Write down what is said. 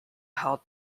held